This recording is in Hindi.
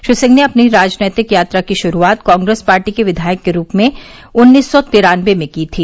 श्री सिंह ने अपनी राजनैतिक यात्रा की शुरूआत कांग्रेस पार्टी के विधायक के रूप में उन्नीस सौ तिरानवे में की थी